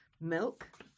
milk